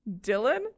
Dylan